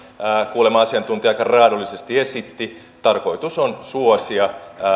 kuulema asiantuntija aika raadollisesti esitti tarkoitus on suosia